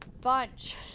bunch